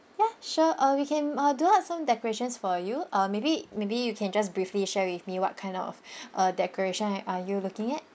ya sure uh we can uh do up some decorations for you uh maybe maybe you can just briefly share with me what kind of uh decoration uh are you looking at